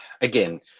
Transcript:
Again